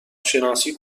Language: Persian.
شناسی